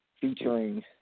featuring